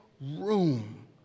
room